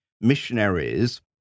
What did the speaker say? missionaries